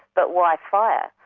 but why fire?